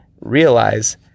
realize